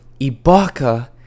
Ibaka